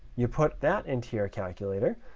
you put that into your calculator.